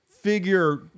Figure